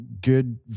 good